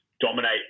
dominate